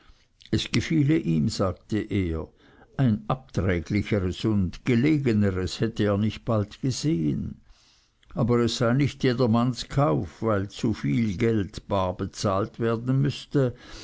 es gefiele ihm sagte er ein abträglicheres und gelegeneres hätte er nicht bald gesehen aber es sei nicht jedermanns kauf weil zu viel bar geld gezahlt werden müsse